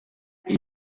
iyi